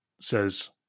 says